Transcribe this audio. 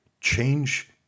Change